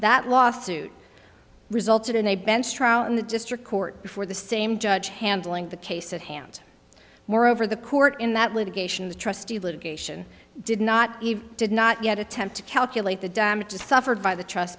that lawsuit resulted in a bench trial in the district court before the same judge handling the case at hand moreover the court in that litigation the trustee litigation did not even did not yet attempt to calculate the damages suffered by the trust